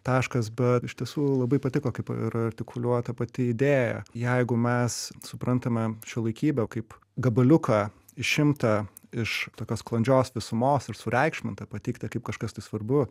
taškas bet iš tiesų labai patiko kaip yra artikuliuota pati idėja jeigu mes suprantame šiuolaikybę kaip gabaliuką išimtą iš tokios sklandžios visumos ir sureikšmintą pateiktą kaip kažkas tai svarbu